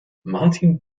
martin